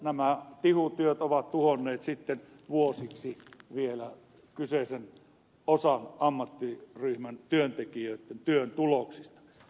nämä tihutyöt ovat tuhonneet vuosiksi vielä kyseisen osan ammattiryhmän työntekijöitten työn tuloksista